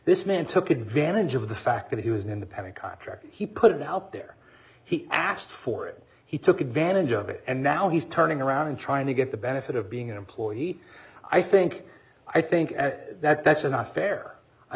this man took advantage of the fact that he was an independent contractor he put it out there he asked for it he took advantage of it and now he's turning around and trying to get the benefit of being an employee i think i think that that's not fair i